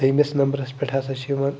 دٔیمِس نمبرَس پٮ۪ٹھ ہَسا چھِ یِوان